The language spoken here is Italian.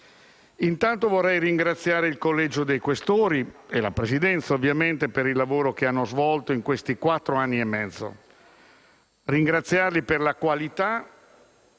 Intanto, vorrei ringraziare il Collegio dei Questori e, ovviamente, la Presidenza per il lavoro che hanno svolto in questi quattro anni e mezzo; ringraziarli per la qualità